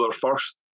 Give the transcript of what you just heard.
first